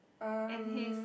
and his